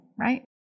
right